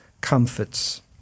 comforts